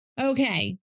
Okay